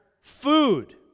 food